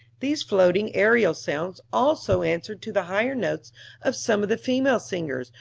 these floating aerial sounds also answered to the higher notes of some of the female singers,